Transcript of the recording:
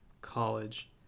college